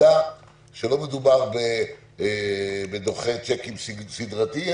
יידע שלא מדובר בדוחי צ'קים סידרתי,